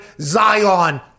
Zion